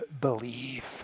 believe